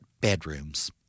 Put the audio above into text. bedrooms